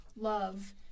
love